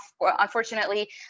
unfortunately